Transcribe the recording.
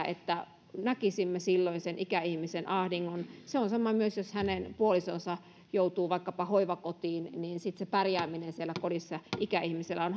että näkisimme silloin sen ikäihmisen ahdingon se on samoin myös jos hänen puolisonsa vaikkapa joutuu hoivakotiin sitten pärjääminen siellä kodissa ikäihmisellä on